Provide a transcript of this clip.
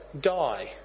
die